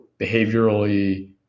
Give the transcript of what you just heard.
behaviorally